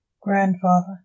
grandfather